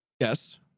Yes